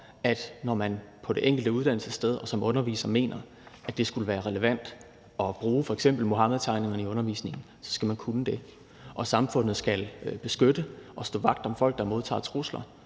at når man på det enkelte uddannelsessted og som underviser mener, at det er relevant at bruge f.eks. Muhammedtegningerne i undervisningen, så skal man kunne det. Og samfundet skal beskytte og stå vagt om folk, der modtager trusler,